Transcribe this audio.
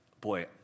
boy